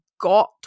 got